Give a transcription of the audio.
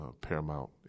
paramount